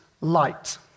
light